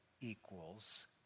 equals